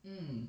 mm